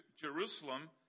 Jerusalem